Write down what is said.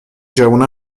جوونا